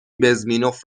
بزمینوف